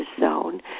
zone